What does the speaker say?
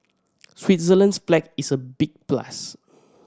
Switzerland's flag is a big plus